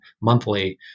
monthly